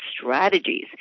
strategies